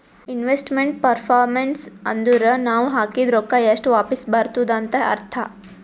investment performance ಅಂದುರ್ ನಾವ್ ಹಾಕಿದ್ ರೊಕ್ಕಾ ಎಷ್ಟ ವಾಪಿಸ್ ಬರ್ತುದ್ ಅಂತ್ ಅರ್ಥಾ